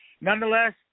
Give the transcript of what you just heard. Nonetheless